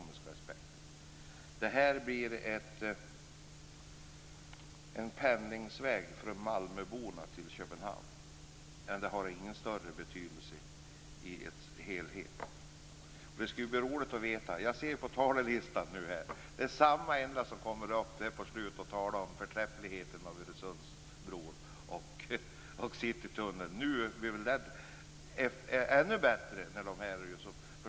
Men det här blir en penningsväng från malmöborna till Köpenhamn. Det har ingen större betydelse i en helhet. Jag ser på talarlistan att det är samma personer som kommer att tala om förträffligheten av Öresundsbron och Citytunneln. Det blir väl ännu bättre nu.